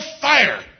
fire